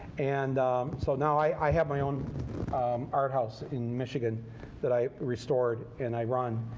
and so now i i have my own art house in michigan that i restored and i run,